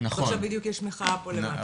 אז עכשיו בדיוק יש מחאה פה למטה.